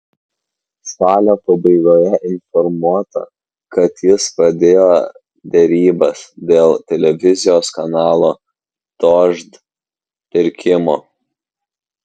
spalio pabaigoje informuota kad jis pradėjo derybas dėl televizijos kanalo dožd pirkimo